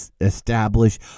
establish